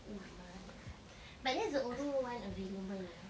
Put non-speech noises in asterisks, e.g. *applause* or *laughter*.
oh my *breath* but that's the only one available